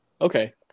Okay